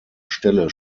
stelle